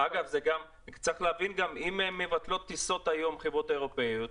אם החברות האירופאיות מבטלות היום טיסות,